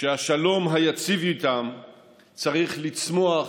שהשלום היציב איתם צריך לצמוח